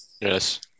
Yes